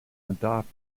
adopt